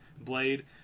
Blade